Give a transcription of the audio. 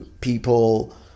people